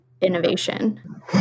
innovation